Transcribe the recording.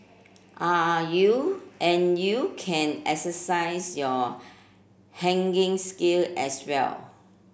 are you and you can exercise your haggling skill as well